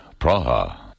Praha